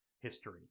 history